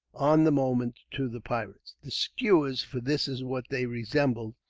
on the moment, to the pirates. the skewers, for this is what they resembled,